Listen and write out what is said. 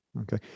okay